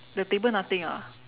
the table nothing ah